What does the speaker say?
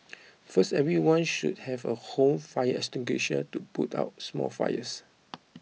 first everyone should have a home fire extinguisher to put out small fires